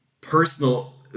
personal